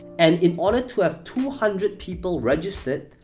and in order to have two hundred people registered,